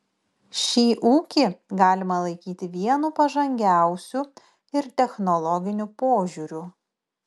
šį ūkį galima laikyti vienu pažangiausių ir technologiniu požiūriu